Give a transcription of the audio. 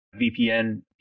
VPN